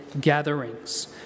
gatherings